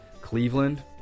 Cleveland